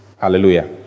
hallelujah